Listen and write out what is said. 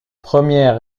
premières